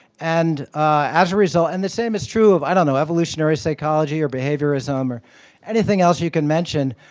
and as a result and the same is true of, i don't know, evolutionary psychology or behaviorism or anything else you can mention.